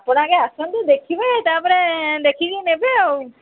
ଆପଣ ଆଗେ ଆସନ୍ତୁ ଦେଖିବେ ତାପରେ ଦେଖିକି ନେବେ ଆଉ